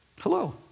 hello